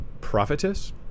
prophetess